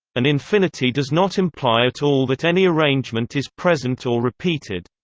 an infinity does not imply at all that any arrangement is present or repeated.